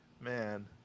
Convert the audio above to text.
Man